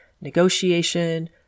negotiation